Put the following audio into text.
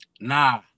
Nah